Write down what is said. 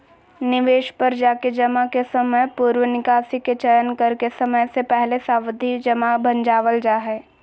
निवेश पर जाके जमा के समयपूर्व निकासी के चयन करके समय से पहले सावधि जमा भंजावल जा हय